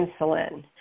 insulin